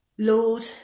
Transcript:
Lord